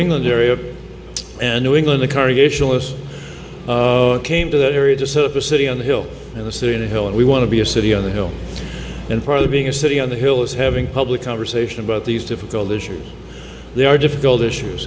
england area and new england a car a geisha was came to that area to serve a city on the hill and the city in a hill and we want to be a city on the hill and part of being a city on the hill is having public conversation about these difficult issues they are difficult issues